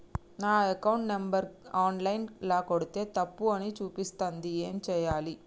నా account number online ల కొడ్తే తప్పు అని చూపిస్తాంది ఏం చేయాలి?